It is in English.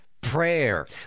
prayer